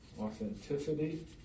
Authenticity